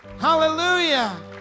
hallelujah